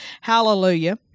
hallelujah